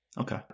okay